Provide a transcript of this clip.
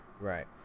Right